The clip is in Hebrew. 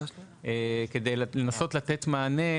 כדי לנסות לתת מענה,